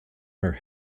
her